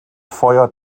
feuer